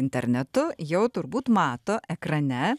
internetu jau turbūt mato ekrane